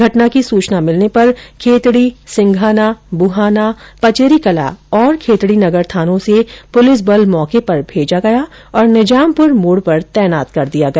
घटना की सूचना मिलने पर खेतड़ी सिंघाना बुहाना पचेरीकलां और खेतड़ीनगर थानों से पुलिस बल मौके पर भेजा गया और निजामपुर मोड़ पर तैनात कर दिया गया